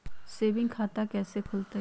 Saving खाता कैसे खुलतई?